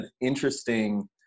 interesting